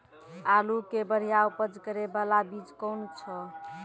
आलू के बढ़िया उपज करे बाला बीज कौन छ?